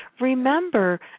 remember